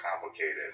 complicated